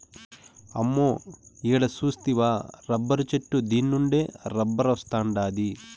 అమ్మో ఈడ సూస్తివా రబ్బరు చెట్టు దీన్నుండే రబ్బరొస్తాండాది